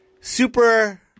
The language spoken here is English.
Super